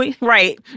Right